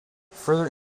further